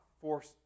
force